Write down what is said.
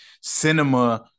cinema